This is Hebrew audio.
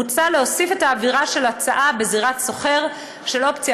מוצע להוסיף את העבירה של הצעה בזירת סוחר של אופציה